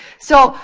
so,